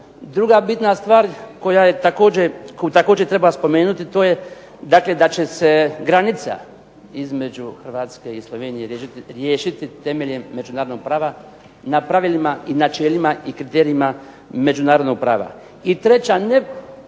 Druga bitna stvar koju također treba spomenuti, to je dakle da će se granica između Hrvatske i Slovenije riješiti temeljem međunarodnog prava, na pravilima i načelima i kriterijima međunarodnog prava.